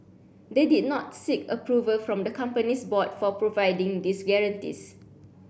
they did not seek approval from the company's board for providing these guarantees